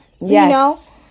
Yes